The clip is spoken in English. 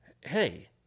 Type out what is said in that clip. hey